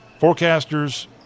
Forecasters